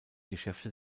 geschäfte